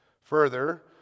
Further